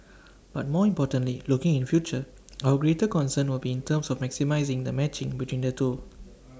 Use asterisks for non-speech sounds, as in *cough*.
but more importantly looking in future *noise* our greater concern will be in terms of maximising the matching between the two